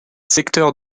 secteurs